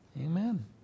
Amen